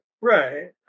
Right